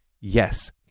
yes